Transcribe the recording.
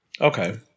Okay